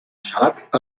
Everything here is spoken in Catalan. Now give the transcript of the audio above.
gelat